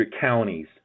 counties